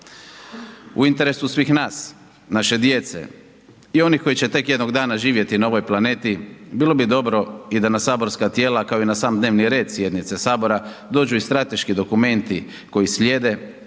U interesu svih nas, naše djece i onih koji će tek jednog dana živjeti na ovoj planeti, bilo bi dobro i da na saborska tijela, kao i na sam dnevni red sjednice Sabora, dođu i strateški dokumenti koji slijede,